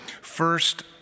first